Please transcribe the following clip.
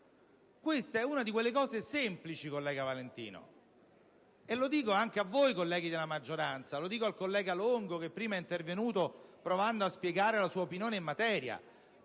odiata. È una di quelle cose semplici, collega Valentino, e mi rivolgo anche a voi, colleghi della maggioranza, al collega Longo che prima è intervenuto, provando a spiegare la sua opinione in materia.